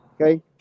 Okay